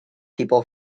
people